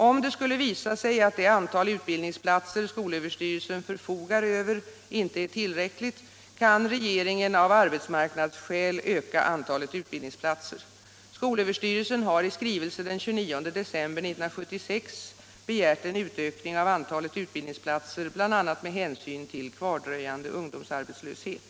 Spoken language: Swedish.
Om det skulle visa sig att Tisdagen den det antal utbildningsplatser skolöverstyrelsen förfogar över inte är till 15 mars 1977 räckligt, kan regeringen av arbetsmarknadsskäl öka antalet utbildningss= — platser. Skolöverstyrelsen har i skrivelse den 29 december 1976 begärt Om bättre samorden utökning av antalet utbildningsplatser, bl.a. med hänsyn till kvar = ning av resurserna dröjande ungdomsarbetslöshet.